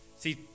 See